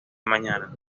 mañana